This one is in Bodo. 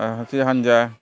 राजखान्थि हान्जा